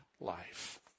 life